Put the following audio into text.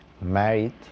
married